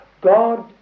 God